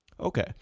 Okay